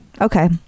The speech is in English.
Okay